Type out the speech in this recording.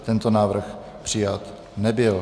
Tento návrh přijat nebyl.